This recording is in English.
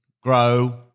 grow